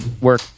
work